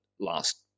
last